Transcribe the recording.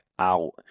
out